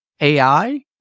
AI